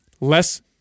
Less